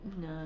No